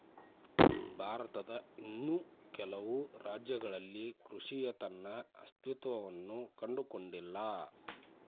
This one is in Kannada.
ಭಾರತದ ಇನ್ನೂ ಕೆಲವು ರಾಜ್ಯಗಳಲ್ಲಿ ಕೃಷಿಯ ತನ್ನ ಅಸ್ತಿತ್ವವನ್ನು ಕಂಡುಕೊಂಡಿಲ್ಲ